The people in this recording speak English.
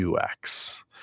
UX